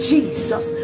Jesus